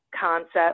concept